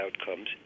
outcomes